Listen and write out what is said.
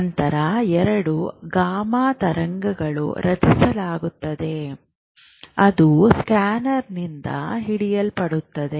ನಂತರ ಎರಡು ಗಾಮಾ ತರಂಗಗಳನ್ನು ರಚಿಸಲಾಗುತ್ತದೆ ಅದು ಸ್ಕ್ಯಾನರ್ನಿಂದ ಹಿಡಿಯಲ್ಪಡುತ್ತದೆ